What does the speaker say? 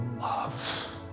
love